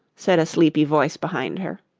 said a sleepy voice behind her.